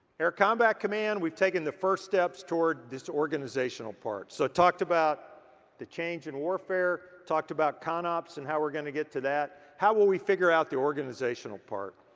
air combat command, we've taken the first steps toward this organizational part. so talked about the change in warfare. talked about conops and how we're gonna get to that. how will we figure out the organizational part?